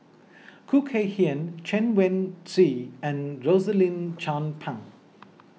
Khoo Kay Hian Chen Wen Hsi and Rosaline Chan Pang